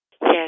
Yes